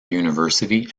university